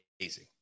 amazing